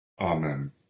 Amen